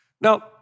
Now